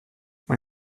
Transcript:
man